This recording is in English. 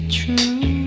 true